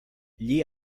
gli